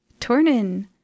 Tornin